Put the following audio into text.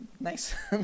nice